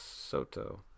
Soto